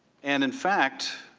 and in fact,